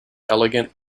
elegant